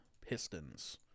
Pistons